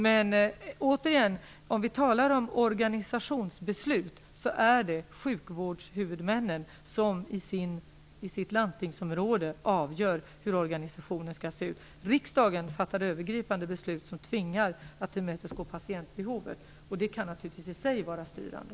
Men återigen: Om vi talar om organisationsbeslut är det sjukvårdshuvudmännen som i sitt landstingsområde avgör hur organisationen skall se ut. Riksdagen fattar övergripande beslut som tvingar till tillmötesgående av patientbehoven, och det kan naturligtvis i sig vara styrande.